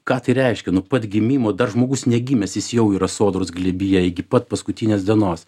ką tai reiškia nuo pat gimimo dar žmogus negimęs jis jau yra sodros glėbyje iki pat paskutinės dienos